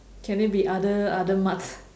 can it be other other muds